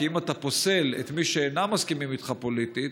כי אם אתה פוסל את מי שאינם מסכימים איתך פוליטית,